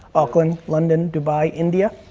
auckland, london, dubai, india.